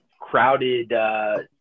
crowded